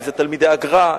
אם זה תלמידי הגר"א,